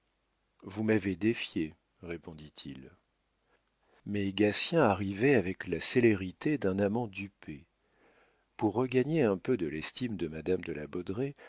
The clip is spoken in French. vous m'avez défié répondit-il mais gatien arrivait avec la célérité d'un amant dupé pour regagner un peu de l'estime de madame de la